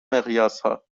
مقیاسها